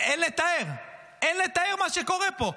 אין לתאר, אין לתאר מה שקורה פה.